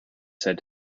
said